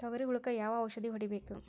ತೊಗರಿ ಹುಳಕ ಯಾವ ಔಷಧಿ ಹೋಡಿಬೇಕು?